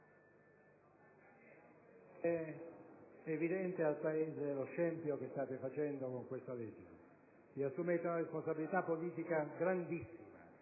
è evidente al Paese lo scempio che state facendo con questa legge. Vi assumete una responsabilità politica grandissima